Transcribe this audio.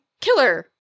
killer